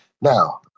Now